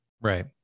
Right